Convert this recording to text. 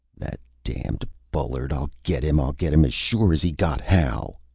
that damned bullard! i'll get him, i'll get him as sure as he got hal!